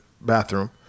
bathroom